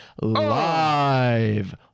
live